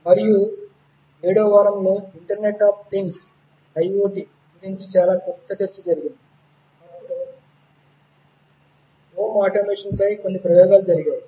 మరియు 7 వ వారంలో ఇంటర్నెట్ ఆఫ్ థింగ్స్ ఐయోటి గురించి చాలా క్లుప్త చర్చ జరిగింది అప్పుడు హోమ్ ఆటోమేషన్ పై కొన్ని ప్రయోగాలు జరిగాయి